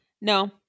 No